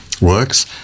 works